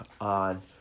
on